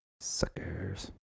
Suckers